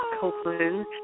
Copeland